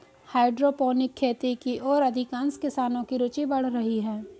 hydroponic खेती की ओर अधिकांश किसानों की रूचि बढ़ रही है